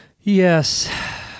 Yes